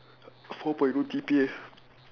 four point O G_P_A